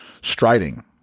striding